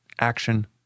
action